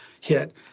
hit